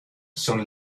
son